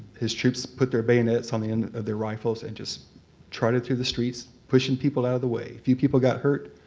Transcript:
his troops put their bayonets on the end of their rifles and just trotted through the streets, pushing people out of the way. a few people got hurt,